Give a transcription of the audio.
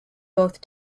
both